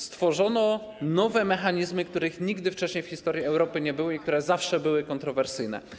Stworzono nowe mechanizmy, których nigdy wcześniej w historii Europy nie było i które zawsze były kontrowersyjne.